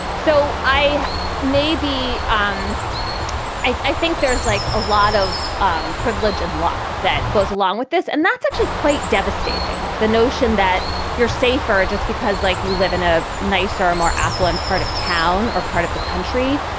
so i maybe. um i i think there's like a lot of um privilege and luck that goes along with this. and that's actually quite devastating. the notion that you're safer just because, like, you live in a nicer or more affluent part of town or part of the country,